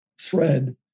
thread